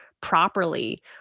properly